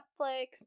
Netflix